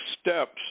steps